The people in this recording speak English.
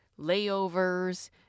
layovers